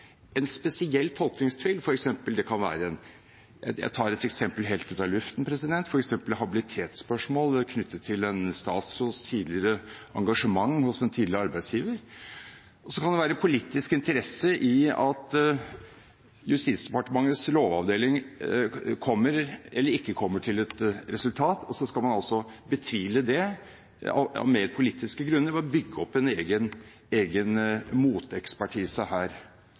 en spesiell tolkningstvil. Det kan f.eks. være – jeg tar et eksempel helt ut av luften – i habilitetsspørsmål knyttet til en statsråds tidligere engasjement hos en tidligere arbeidsgiver. Så kan det være politisk interesse i at Justisdepartementets lovavdeling kommer eller ikke kommer til et resultat, og så skal man altså betvile det, av mer politiske grunner, ved å bygge opp en egen motekspertise her.